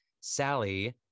sally